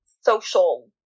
social